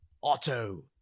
auto